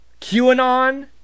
QAnon